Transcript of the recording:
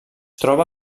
troba